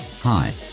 Hi